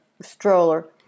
stroller